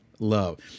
Love